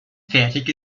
fertig